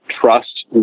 trust